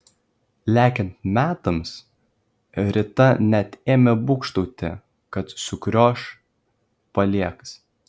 lekiant metams rita net ėmė būgštauti kad sukrioš paliegs